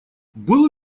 был